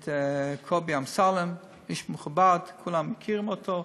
את קובי אמסלם, איש מכובד, כולם מכירים אותו.